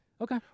Okay